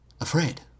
Afraid